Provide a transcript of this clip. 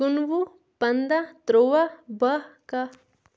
کُنوُہ پنٛدہ ترٛوہ باہہ کاہہ